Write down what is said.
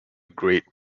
great